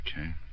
Okay